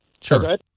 Sure